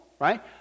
right